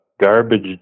Garbage